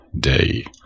day